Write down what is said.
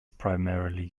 primarily